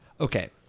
okay